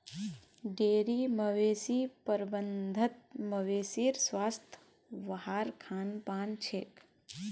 dairy मवेशी प्रबंधत मवेशीर स्वास्थ वहार खान पानत छेक